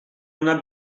una